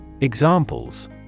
Examples